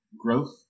growth